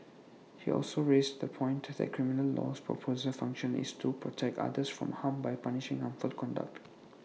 he also raised the point that criminal law's proper function is to protect others from harm by punishing harmful conduct